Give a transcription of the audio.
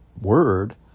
word